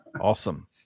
Awesome